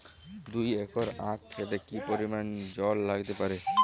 দুই একর আক ক্ষেতে কি পরিমান জল লাগতে পারে?